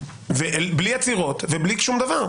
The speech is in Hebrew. בלי עצרות ובלי שום דבר,